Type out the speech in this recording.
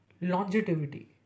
longevity